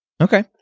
okay